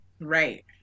Right